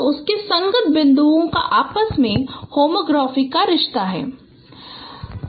तो उनके संगत बिंदु का आपस में होमोग्राफी का रिश्ता है